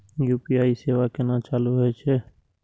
UPI सेवा केना चालू है छै?